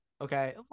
Okay